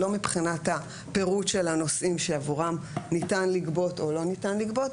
לא מבחינת הפירוט של הנושאים שעבורם ניתן לגבות או לא ניתן לגבות,